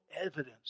evidence